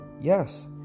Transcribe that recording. Yes